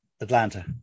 Atlanta